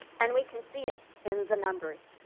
and we can see it in the numbers.